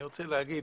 אני רוצה להגיד,